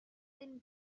thin